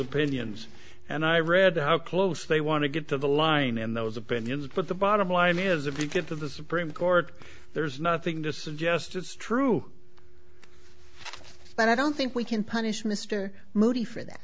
opinions and i read how close they want to get to the line and those opinions but the bottom line is if you get to the supreme court there's nothing to suggest it's true but i don't think we can punish mr moody for that